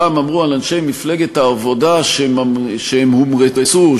פעם אמרו על אנשי מפלגת העבודה שהם "הומרצו",